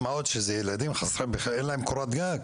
מה עוד שאלה ילדים שאין להם קורת גג,